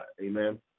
amen